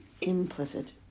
implicit